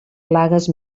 plagues